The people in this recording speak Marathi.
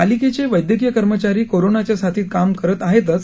पालिकेचे वैद्यकिय कर्मचारी कोरोनाच्या साथीत काम करत आहेतच